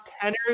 tenors